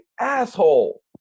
asshole